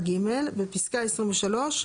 (1ג) בפסקה (23),